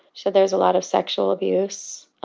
so there was a lot of sexual abuse,